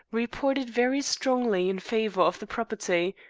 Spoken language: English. reported very strongly in favor of the property.